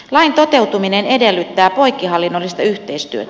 lain toteutuminen edellyttää poikkihallinnollista yhteistyötä